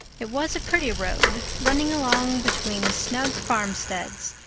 it was a pretty road, running along between snug farmsteads,